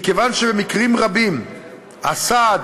מכיוון שבמקרים רבים הסעד,